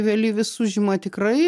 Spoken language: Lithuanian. vėlyvis užima tikrai